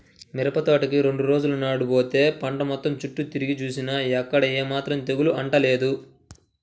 మిరపతోటకి రెండు రోజుల నాడు బోతే పంట మొత్తం చుట్టూ తిరిగి జూసినా ఎక్కడా ఏమాత్రం తెగులు అంటలేదు